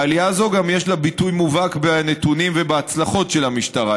לעלייה הזאת יש גם ביטוי מובהק בנתונים ובהצלחות של המשטרה.